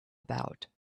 about